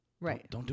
right